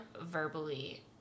verbally